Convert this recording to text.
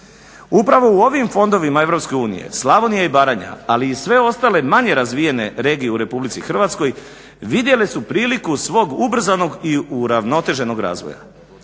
Upravo u ovim fondovima Europske unije Slavonija i Baranja, ali i sve ostale manje razvijene regije u Republici Hrvatskoj vidjele su priliku svog ubrzanog i uravnoteženog razvoja.